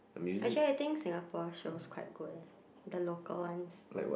actually I think Singapore shows quite good leh the local ones